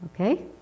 Okay